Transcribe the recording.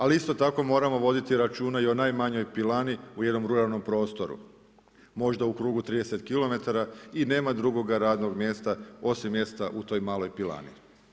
Ali isto tako moramo voditi računa i o najmanjoj pilani u jednom ruralnom prostoru, možda u krugu 30km i nema drugoga radnog mjesta osim mjesta u toj maloj pilani.